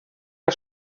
der